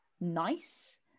nice